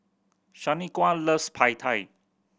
Shanequa loves Pad Thai